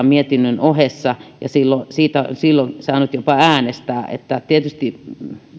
mietinnön ohessa ja silloin siitä on saanut jopa äänestää tietysti